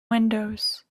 windows